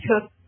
took